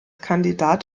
kandidat